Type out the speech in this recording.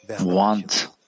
want